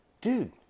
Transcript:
dude